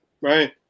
Right